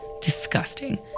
disgusting